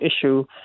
issue